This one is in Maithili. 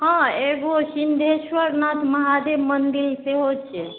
हँ एगो सिन्धेश्वरनाथ महादेव मन्दिर सेहो छै